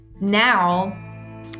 now